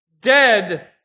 dead